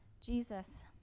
Jesus